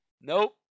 Nope